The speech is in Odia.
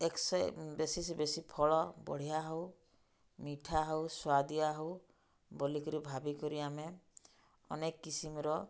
ଏକ୍ ସେ ବେଶୀ ସେ ବେଶୀ ଫଳ ବଢ଼ିଆ ହଉ ମିଠା ହଉ ସ୍ୱାଦିଆ ହଉ ବୋଲିକରି ଭାବିକରି ଆମେ ଅନେକ୍ କିସିମ୍ର